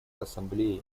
ассамблеей